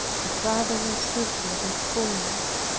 the father received me with coolness,